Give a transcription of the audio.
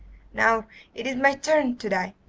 now it is my turn to die.